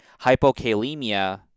hypokalemia